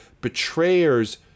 betrayer's